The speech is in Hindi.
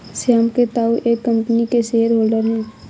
श्याम के ताऊ एक कम्पनी के शेयर होल्डर हैं